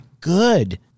good